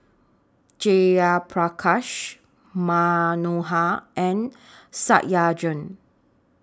Jayaprakash Manohar and Satyendra